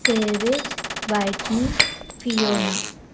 savage whitney fiona